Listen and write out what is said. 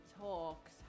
talks